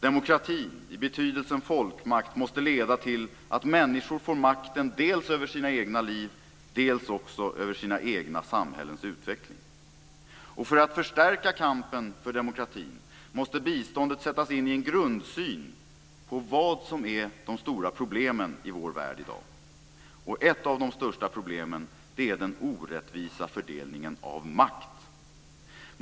Demokrati i betydelsen folkmakt måste leda till att människor får makten dels över sina egna liv, dels också över sina egna samhällens utveckling. För att förstärka kampen för demokratin måste biståndet sättas in med en grundsyn på vad som är de stora problemen i vår värld i dag. Ett av de största problemen är den orättvisa fördelningen av makt.